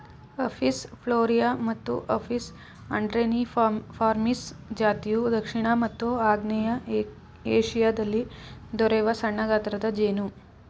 Apis ಫ್ಲೊರಿಯಾ ಮತ್ತು ಅಪಿಸ್ ಅಂಡ್ರೆನಿಫಾರ್ಮಿಸ್ ಜಾತಿಯು ದಕ್ಷಿಣ ಮತ್ತು ಆಗ್ನೇಯ ಏಶಿಯಾದಲ್ಲಿ ದೊರೆಯುವ ಸಣ್ಣಗಾತ್ರದ ಜೇನು